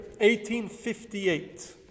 1858